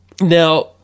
Now